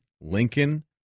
Lincoln